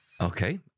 Okay